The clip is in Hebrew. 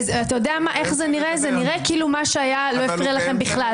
נראה כאילו מה שהיה לא הפריע לכם כלל.